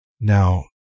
Now